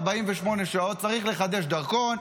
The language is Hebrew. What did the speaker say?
48 שעות,